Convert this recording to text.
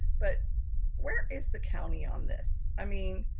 but where is the county on this? i mean,